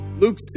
Luke